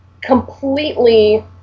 completely